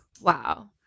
Wow